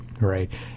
right